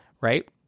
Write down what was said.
right